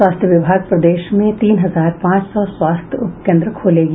स्वास्थ्य विभाग प्रदेश में तीन हजार पांच सौ स्वास्थ्य उपकेंद्र खोलेगी